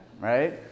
right